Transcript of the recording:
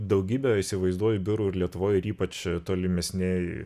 daugybę įsivaizduoju biurų ir lietuvoj ir ypač tolimesnėj